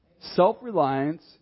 Self-reliance